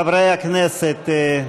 חברי הכנסת,